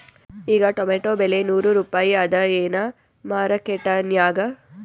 ಈಗಾ ಟೊಮೇಟೊ ಬೆಲೆ ನೂರು ರೂಪಾಯಿ ಅದಾಯೇನ ಮಾರಕೆಟನ್ಯಾಗ?